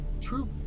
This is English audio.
true